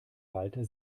walter